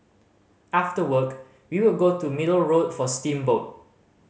after work we would go to Middle Road for steamboat